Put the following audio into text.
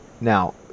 now